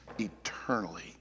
eternally